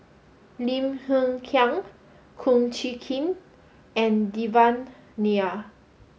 Lim Hng Kiang Kum Chee Kin and Devan Nair